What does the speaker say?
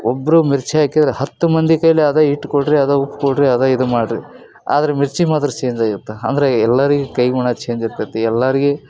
ಒಬ್ಬರು ಮಿರ್ಚಿ ಹಾಕಿದ್ರೆ ಹತ್ತು ಮಂದಿ ಕೈಲಿ ಅದು ಹಿಟ್ ಕೊಡಿರಿ ಅದು ಉಪ್ಪು ಕೊಡಿರಿ ಅದು ಇದು ಮಾಡಿರಿ ಆದರೆ ಮಿರ್ಚಿ ಮಾತ್ರ ಚೇಂಜಾಗತ್ತೆ ಅಂದರೆ ಎಲ್ಲರಿಗೆ ಕೈಗುಣ ಚೇಂಜ್ ಇರ್ತೈತಿ ಎಲ್ಲಾರಿಗೆ